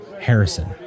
Harrison